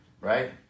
right